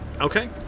Okay